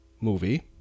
movie